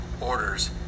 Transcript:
orders